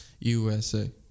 USA